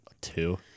two